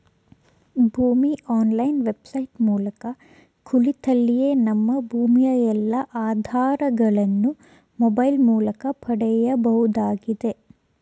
ಭೂಮಿ online website ಮೂಲಕ ಕುಳಿತಲ್ಲಿಯೇ ನಮ್ಮ ಭೂಮಿಯ ಎಲ್ಲಾ ಆಧಾರಗಳನ್ನು ಮೊಬೈಲ್ ಮೂಲಕ ಪಡೆಯಬಹುದಾಗಿದೆ